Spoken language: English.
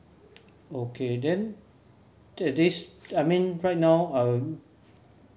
okay then this I mean right now I will